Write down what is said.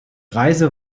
reise